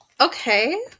okay